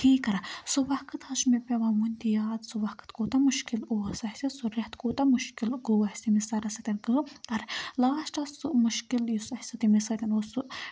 ٹھیٖک کَران سُہ وقت حظ چھُ مےٚ پیٚوان ونہِ تہِ یاد سُہ وقت کوتاہ مُشکِل اوس اَسہِ سُہ ریٚتھ کوٗتاہ مُشکِل گوٚو اَسہِ تٔمِس سَرَس سۭتۍ کٲم کَرٕنۍ لاسٹَس سُہ مُشکِل یُس اَسہِ تٔمِس سۭتۍ اوس سُہ